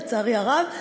לצערי הרב,